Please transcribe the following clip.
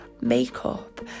makeup